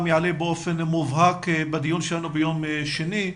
יעלה באופן מובהק בדיון שלנו ביום שני.